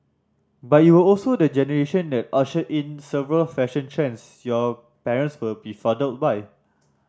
but you were also the generation that ushered in several fashion trends your parents were befuddled by